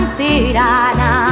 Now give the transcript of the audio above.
tirana